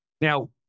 Now